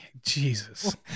Jesus